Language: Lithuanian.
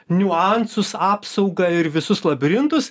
niuansus apsaugą ir visus labirintus